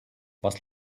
was